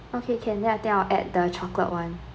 okay can then I think I'll add the chocolate one